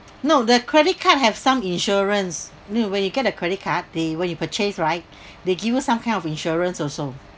no the credit card have some insurance no when you get a credit card they when you purchased right they give us some kind of insurance also